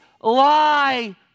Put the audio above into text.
lie